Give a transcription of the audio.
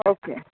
okay